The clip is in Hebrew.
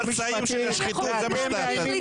עבדים נרצעים של השחיתות, זה מה שאתם.